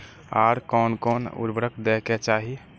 आर कोन कोन उर्वरक दै के चाही?